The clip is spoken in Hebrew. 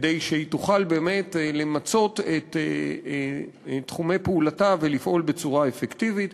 כדי שהיא תוכל באמת למצות את תחומי פעולתה ולפעול בצורה אפקטיבית.